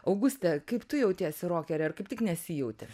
auguste kaip tu jautiesi rokere ar kaip tik nesijauti